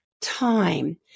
time